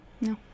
no